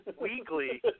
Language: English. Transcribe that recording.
weekly